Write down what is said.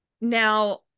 now